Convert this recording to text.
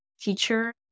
teacher